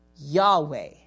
Yahweh